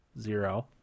Zero